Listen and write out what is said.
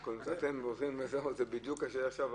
זו בדיוק השאלה עכשיו.